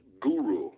guru